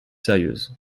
sérieuses